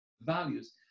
values